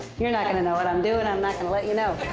you're not gonna know what i'm doing. i'm not gonna let you know.